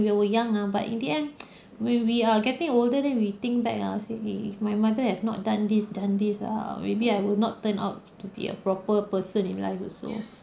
when we're young ah but in the end when we are getting older then we think back ah you see my mother have not done this done this ah maybe I will not turn out to be a proper person in life also